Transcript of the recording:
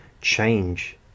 change